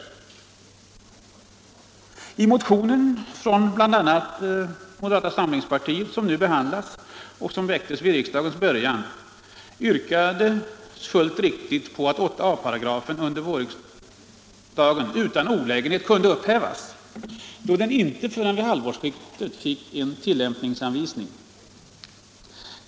I den motion från bl.a. moderata samlingspartiet som nu behandlas och som väcktes vid riksdagens början yrkades fullt riktigt på att 8 a§ under vårriksdagen utan olägenhet kunde upphävas, då den inte förrän vid halvårsskiftet fick en tillämpningsanvisning.